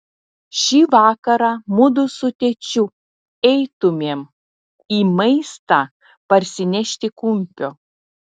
šį vakarą mudu su tėčiu eitumėm į maistą parsinešti kumpio